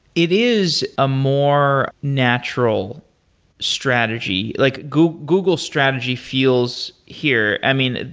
it is a more natural strategy. like google google strategy feels here. i mean,